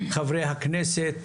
חברי הכנסת,